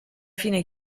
fine